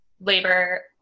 labor